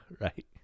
right